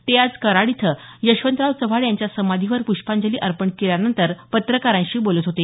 ते आज कराड इथं यशवंतराव चव्हाण यांच्या समाधीवर प्ष्पांजली अर्पण केल्यानंतर पत्रकारांशी बोलत होते